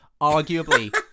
Arguably